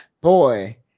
boy